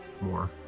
more